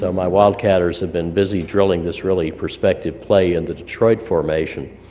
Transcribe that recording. so my wildcatters have been busy drilling this really prospective play in the detroit formation.